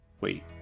Wait